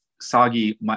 soggy